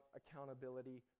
accountability